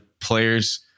players